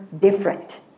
different